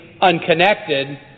unconnected